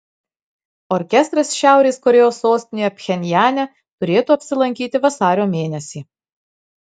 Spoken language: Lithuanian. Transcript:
orkestras šiaurės korėjos sostinėje pchenjane turėtų apsilankyti vasario mėnesį